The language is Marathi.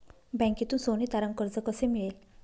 बँकेतून सोने तारण कर्ज कसे मिळेल?